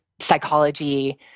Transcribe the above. psychology